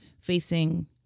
facing